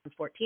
14